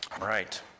Right